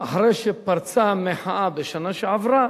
שאחרי שפרצה המחאה בשנה שעברה